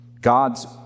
God's